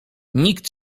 nikt